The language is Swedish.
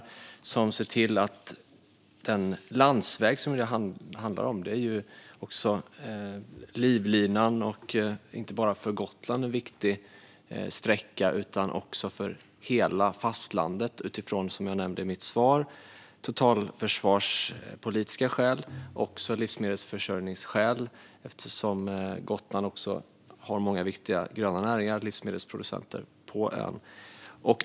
Detta handlar om en landsväg som är en livlina och en viktig sträcka inte bara för Gotland utan också för hela fastlandet utifrån totalförsvarspolitiska och också livsmedelsförsörjningsskäl eftersom Gotland har många viktiga gröna näringar och livsmedelsproducenter på ön. Detta nämnde jag i mitt svar.